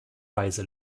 weise